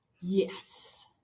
Yes